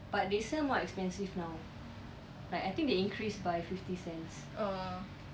but they sell more expensive now like I think they increase by fifty cents